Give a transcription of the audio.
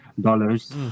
dollars